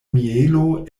mielo